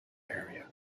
area